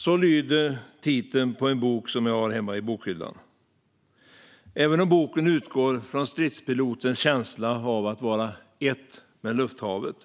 Så lyder titeln på en bok som jag har hemma i bokhyllan. Även om boken utgår från stridspilotens känsla av att vara ett med lufthavet